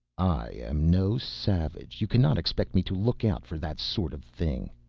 i am no savage. you cannot expect me to look out for that sort of thing.